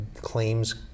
claims